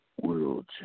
World